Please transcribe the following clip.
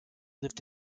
lived